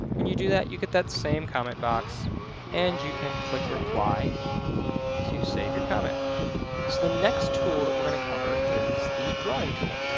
when you do that you get that same comment box and you can click reply to save your comment. so the next tool that were to cover is the drawing tool.